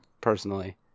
personally